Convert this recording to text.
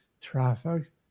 traffic